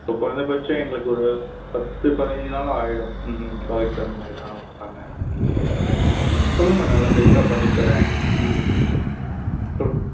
குறைந்தபட்சம் எங்களுக்கு ஒரு பத்து பதினைஞ்சு நாள் ஆகிரும் ஸோ அதுக்குத் தகுந்த மாதிரிதான் பண்ணேன் சொல்லுங்கம்மா நல்லா பெஸ்ட்டாக பண்ணித்தர்றேன் சொல்லுங்கள்